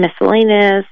miscellaneous